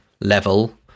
level